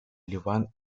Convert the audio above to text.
ливан